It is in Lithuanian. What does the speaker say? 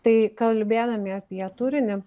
tai kalbėdami apie turinį